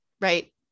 right